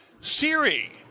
Siri